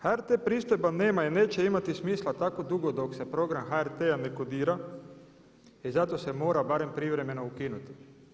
HRT pristojba nema i neće imati smisla tako dugo dok se program HRT-a ne kodira i zato se mora barem privremeno ukinuti.